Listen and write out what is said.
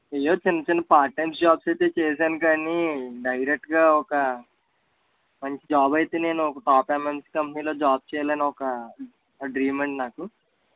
ఏవో చిన్న చిన్న పార్ట్ టైమ్ జాబ్స్ అయితే చేసాను కానీ డైరెక్ట్గా ఒక మంచి జాబ్ అయితే నేను ఒక్క టాప్ యంఎన్సి కంపెనీలో జాబ్ చెయ్యాలని ఒక డ్రీమ్ అండి నాకు